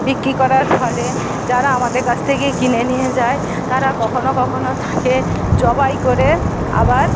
বিক্রি করার ফলে যারা আমাদের কাছ থেকে কিনে নিয়ে যায় তারা কখনো কখনো থাকে জবাই করে আবার